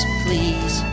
please